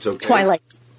twilight